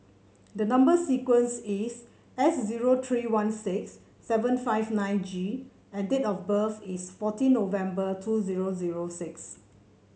the number sequence is S zero three one six seven five nine G and date of birth is fourteen November two zero zero six